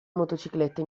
motociclette